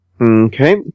Okay